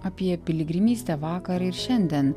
apie piligrimystę vakar ir šiandien